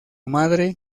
madre